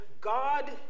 God